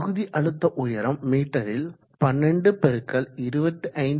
பகுதி அழுத்த உயரம் மீட்டரில் 12×25